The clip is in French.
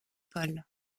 paul